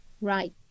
Right